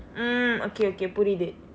mm okay okay புரியுது:puriyuthu